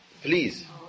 Please